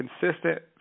consistent